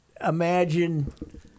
imagine